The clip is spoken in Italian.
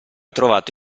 trovato